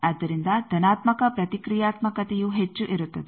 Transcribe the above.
ಆದ್ದರಿಂದ ಧನಾತ್ಮಕ ಪ್ರತಿಕ್ರಿಯಾತ್ಮಕತೆಯು ಹೆಚ್ಚು ಇರುತ್ತದೆ